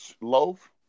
loaf